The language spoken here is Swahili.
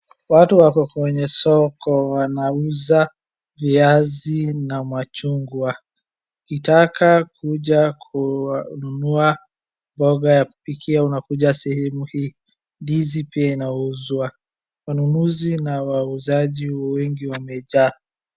Watu wako kwenye soko wanauza viazi na machungwa. Ukitaka kuja kununua mboga ya kupikia unakuja sehemu hii. Ndizi pia inauzwa. Wanunuzi na wauzaji wengi wamejaa.